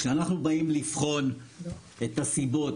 כשאנחנו באים לבחון את הסיבות,